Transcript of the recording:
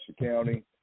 County